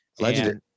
Legendary